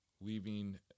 leaving